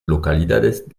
localidades